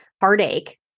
heartache